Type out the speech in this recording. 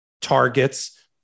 targets